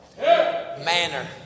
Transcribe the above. Manner